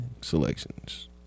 Selections